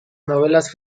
novelas